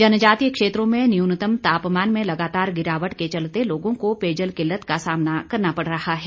जनजातीय क्षेत्रों में न्यूनतम तापमान में लगातार गिरावट के चलते लोगों को पेयजल किल्लत का सामना करना पड़ रहा है